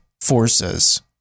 forces